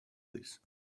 his